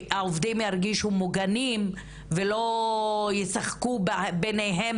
שהעובדים ירגישו מוגנים ולא ישחקו ביניהם